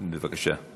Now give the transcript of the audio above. בבקשה.